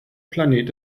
planet